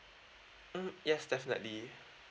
mm yes definitely